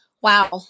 Wow